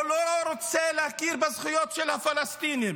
הוא לא רוצה להכיר בזכויות של הפלסטינים